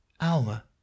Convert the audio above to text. alma